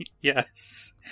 Yes